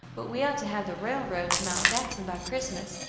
but we are to have the railroad to mt. jackson by christmas,